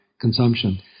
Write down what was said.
consumption